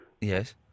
Yes